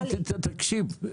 תקשיב,